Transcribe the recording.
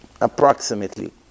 approximately